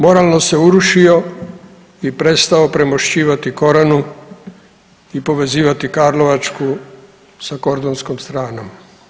Moralno se urušio i prestao premošćivati Koranu i povezivati karlovačku sa kordunskom stranom.